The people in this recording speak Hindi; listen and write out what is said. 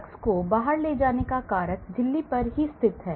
ड्रग्स को बाहर ले जाना झिल्ली पर स्थित हैं